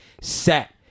set